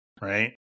Right